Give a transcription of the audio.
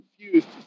confused